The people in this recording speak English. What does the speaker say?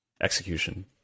execution